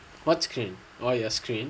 what screen orh your screen